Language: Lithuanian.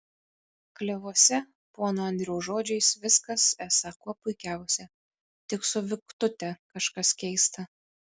klevuose pono andriaus žodžiais viskas esą kuo puikiausia tik su viktute kažkas keista